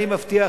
אני מבטיח,